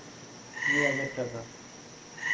ᱢᱤᱫ ᱦᱟᱡᱟᱨ ᱴᱟᱠᱟ